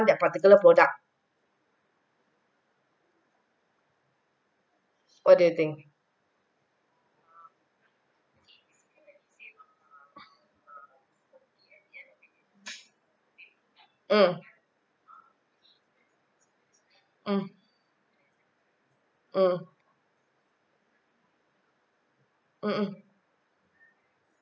that particular product what do you think mm mm mm